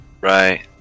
Right